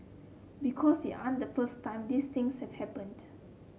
because they aren't the first time these things have happened